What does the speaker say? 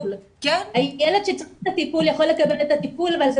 ילד שצריך את הטיפול יכול לקבל את הטיפול אבל זה